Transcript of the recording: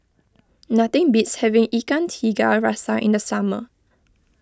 nothing beats having Ikan Tiga Rasa in the summer